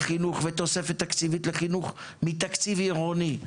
חינוך ותוספת תקציבית לחינוך מתקציב עירוני.